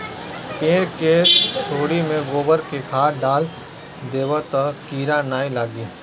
पेड़ के सोरी में गोबर के खाद डाल देबअ तअ कीरा नाइ लागी